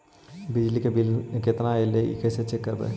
बिजली के बिल केतना ऐले हे इ कैसे चेक करबइ?